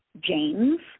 James